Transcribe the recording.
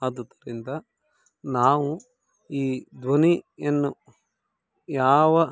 ಆದುದರಿಂದ ನಾವು ಈ ಧ್ವನಿಯನ್ನು ಯಾವ